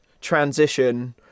transition